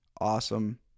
Awesome